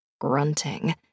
Grunting